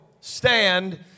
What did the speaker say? stand